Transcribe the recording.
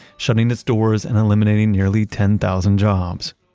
shutting its doors and eliminating nearly ten thousand jobs.